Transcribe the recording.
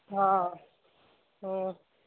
हा